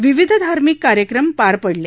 विविध धार्मिक कार्यक्रम पार पडले